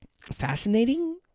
fascinating